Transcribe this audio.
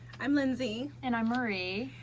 i'm lindsay, and i'm mari.